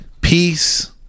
Peace